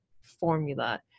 Formula